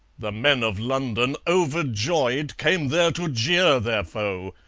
the men of london, overjoyed, came there to jeer their foe,